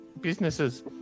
businesses